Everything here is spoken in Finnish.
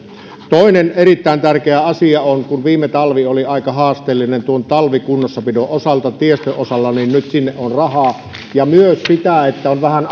toinen erittäin tärkeä asia on että kun viime talvi oli aika haasteellinen tiestön talvikunnossapidon osalta niin nyt sinne on rahaa ja myös se että on vähän